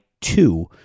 Two